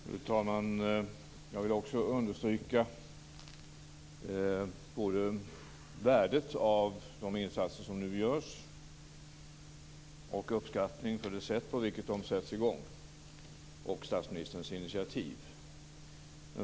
Fru talman! Jag vill också både understryka värdet av de insatser som nu görs och uttrycka uppskattning för det sätt på vilket de sätts igång samt för statsministerns initiativ.